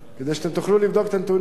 כדי שאתם תוכלו לבדוק את הנתונים,